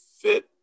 fit